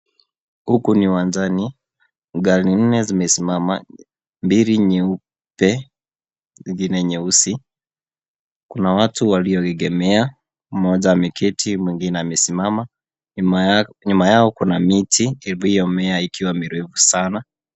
Huku ni uwanjani, gari nne zimesimama, mbili nyeupe, ingine nyeusi, kuna watu walioegemea, mmoja ameketi, mwingine amesimama, nyuma yao, nyuma yao kuna miti, iliyomea ikiwa mirefu sana.